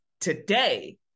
today